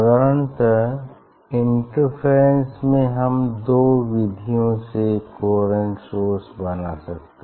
साधारणतः इंटरफेरेंस में हम दो विधियों से कोहेरेंट सोर्स बना सकते है